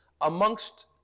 amongst